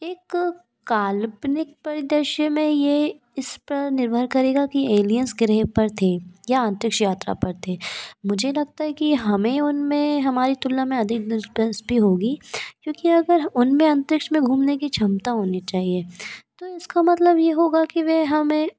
एक काल्पनिक परिदृश्य में यह इस पर निर्भर करेगा कि एलियेन्स ग्रह पर थे या अन्तरिक्ष यात्रा पर थे मुझे लगता है कि हमें उनमें हमारी तुलना में अधिक डिस्प्रिंस भी होगी क्योंकि अगर हम उनमें अन्तरिक्ष में घूमने की क्षमता होनी चाहिए तो इसका मतलब यह होगा कि वह हमें